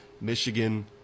Michigan